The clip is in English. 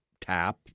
tap